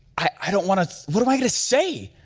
i don't wanna, what am i gonna say?